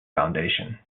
foundation